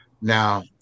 Now